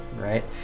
right